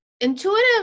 intuitive